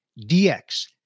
DX